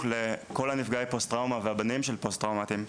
לכל נפגעי פוסט-טראומה והבנים של פוסט-טראומטיים.